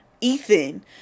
ethan